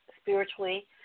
spiritually